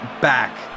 back